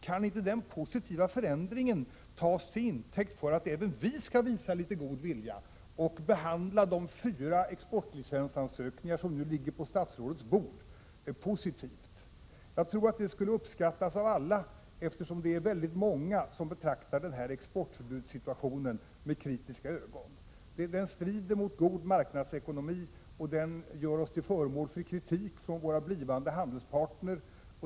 Kan inte den positiva förändringen tas till intäkt för att även vi skall visa litet god vilja och behandla de fyra exportlicensansökningar som nu ligger på statsrådets bord positivt? Jag tror att det skulle uppskattas av alla, eftersom det är många som betraktar den nuvarande exportförbudssituationen med kritiska ögon. Den strider mot god marknadsekonomi, och den gör oss till föremål för kritik från våra blivande handelspartner.